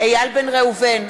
איל בן ראובן,